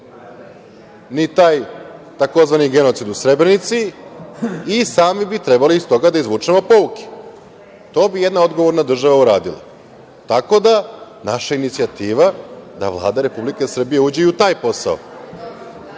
ni taj tzv. genocid u Srebrenici i sami bi trebali iz toga da izvučemo pouke. To bi jedna odgovorna država uradila, tako da je naša inicijativa da Vlada Republike Srbije uđe i u taj posao.